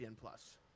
plus